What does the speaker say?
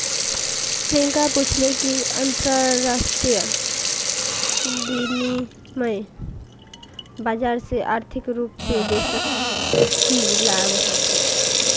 प्रियंका पूछले कि अंतरराष्ट्रीय विनिमय बाजार से आर्थिक रूप से देशक की लाभ ह छे